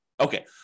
Okay